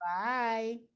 Bye